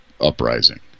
uprising